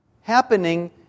happening